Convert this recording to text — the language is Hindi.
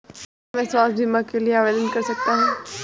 क्या मैं स्वास्थ्य बीमा के लिए आवेदन कर सकता हूँ?